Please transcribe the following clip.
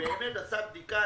באמת עשה בדיקה,